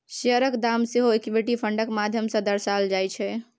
शेयरक दाम सेहो इक्विटी फंडक माध्यम सँ दर्शाओल जाइत छै